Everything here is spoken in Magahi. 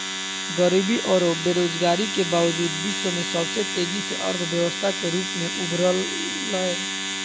गरीबी औरो बेरोजगारी के बावजूद विश्व में सबसे तेजी से अर्थव्यवस्था के रूप में उभरलय